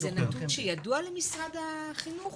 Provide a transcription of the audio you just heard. זה נתון שידוע למשרד החינוך?